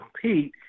compete